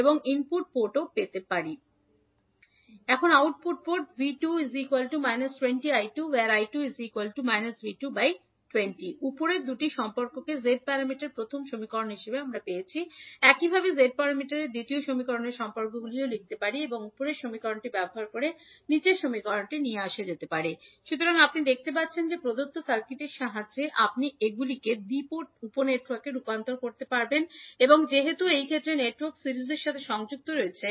কিন্তু 𝐕1 𝐳11𝐈1 𝐳12𝐈2 22𝐈1 18𝐈2 𝐕2 𝐳21𝐈1 𝐳22𝐈2 18𝐈1 30𝐈2 ইনপুট বন্দরেও 𝐕1 𝐕𝑆 − 5𝐈1 এবং আউটপুট পোর্ট উপরের দুটি সম্পর্ককে z প্যারামিটারের প্রথম সমীকরণে প্রতিস্থাপন করা আমরা পেয়েছি একইভাবে z প্যারামিটারের দ্বিতীয় সমীকরণে একই সম্পর্কগুলি ব্যবহার করে উপরের দুটি সমীকরণ ব্যবহার করে সুতরাং আপনি দেখতে পাচ্ছেন যে প্রদত্ত সার্কিটের সাহায্যে আপনি এগুলিকে দ্বি পোর্ট উপ নেটওয়ার্কে রূপান্তর করতে পারবেন এবং যেহেতু এই ক্ষেত্রে নেটওয়ার্কটি সিরিজের সাথে সংযুক্ত রয়েছে